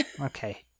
Okay